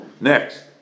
Next